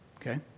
okay